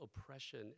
oppression